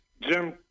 Jim